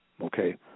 Okay